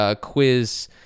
quiz